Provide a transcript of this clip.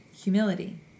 humility